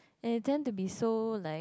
and them to be so like